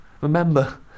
remember